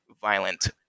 violent